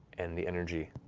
and the energy